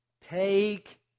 Take